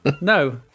No